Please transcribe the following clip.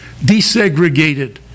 desegregated